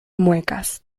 muecas